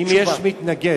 אם יש מתנגד.